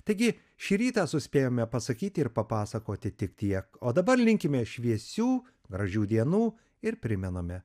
taigi šį rytą suspėjome pasakyti ir papasakoti tik tiek o dabar linkime šviesių gražių dienų ir primename